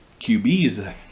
QBs